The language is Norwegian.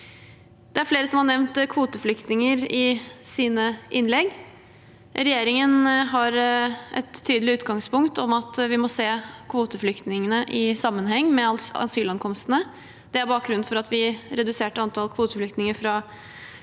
Det er flere som har nevnt kvoteflyktninger i sine innlegg. Regjeringen har som et tydelig utgangspunkt at vi må se kvoteflyktningene i sammenheng med asylankomstene. Det er bakgrunnen for at vi reduserte antall kvoteflyktninger fra